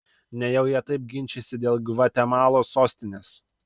nejau jie taip ginčijasi dėl gvatemalos sostinės